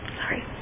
sorry